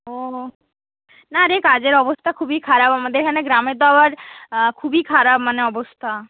ওহ না রে কাজের অবস্থা খুবই খারাপ আমাদের এখানে গ্রামে তো আবার খুবই খারাপ মানে অবস্থা